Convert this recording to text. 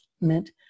meant